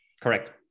Correct